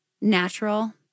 natural